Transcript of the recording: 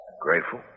Grateful